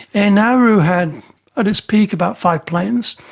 and nauru had at its peak about five planes.